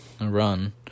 run